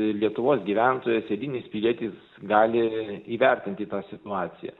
lietuvos gyventojas eilinis pilietis gali įvertinti tą situaciją